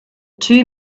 two